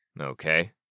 Okay